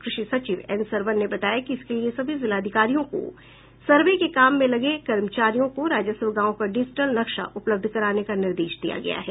कृषि सचिव एन सरवन ने बताया कि इसके लिए सभी जिलाधिकारियों को सर्वे के काम में लगे कर्मचारियों को राजस्व गांव का डिजिटल नक्शा उपलब्ध कराने का निर्देश दिया गया है